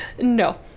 No